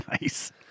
Nice